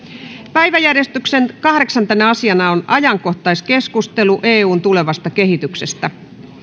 päiväjärjestyksen kahdeksantena asiana on ajankohtaiskeskustelu eun tulevasta kehityksestä